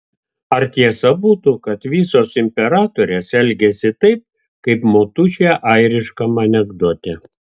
ar tiesa būtų kad visos imperatorės elgiasi taip kaip motušė airiškam anekdote